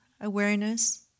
awareness